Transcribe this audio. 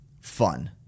fun